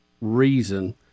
reason –